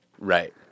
Right